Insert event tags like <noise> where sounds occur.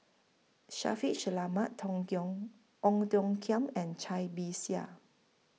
Shaffiq Selamat Tong <unintelligible> Ong Tiong Khiam and Cai Bixia